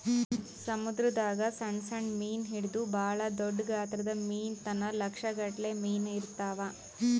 ಸಮುದ್ರದಾಗ್ ದಾಗ್ ಸಣ್ಣ್ ಸಣ್ಣ್ ಮೀನ್ ಹಿಡದು ಭಾಳ್ ದೊಡ್ಡ್ ಗಾತ್ರದ್ ಮೀನ್ ತನ ಲಕ್ಷ್ ಗಟ್ಲೆ ಮೀನಾ ಇರ್ತವ್